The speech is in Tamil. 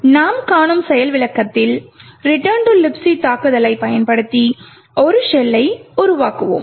இன்று நாம் காணும் செயல் விளக்கத்தில் Return to Libc தாக்குதலைப் பயன்படுத்தி ஒரு ஷெல்லை உருவாக்குவோம்